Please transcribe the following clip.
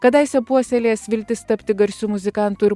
kadaise puoselėjęs viltis tapti garsiu muzikantu ir